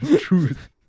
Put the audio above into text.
Truth